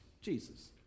Jesus